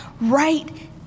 right